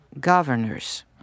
governors